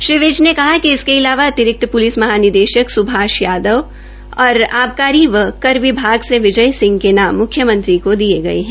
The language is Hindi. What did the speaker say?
श्री विज ने कहा कि इसके अलावा अतिरिक्त प्लिस महानिदेशक सभाष यादव और आबकारी व कर विभाग से विजय सिंह के नाम मुख्यमंत्री का दिये गये है